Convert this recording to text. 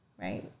right